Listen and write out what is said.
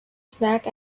snack